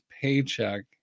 paycheck